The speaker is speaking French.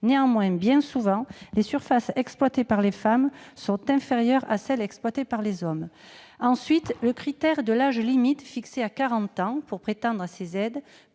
Mais bien souvent, les surfaces exploitées par les femmes sont inférieures à celles qui le sont par les hommes. Ensuite, le critère d'un l'âge limite fixé à quarante ans pour prétendre à cette aide